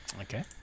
Okay